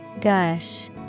Gush